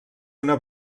una